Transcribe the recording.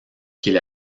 qu’il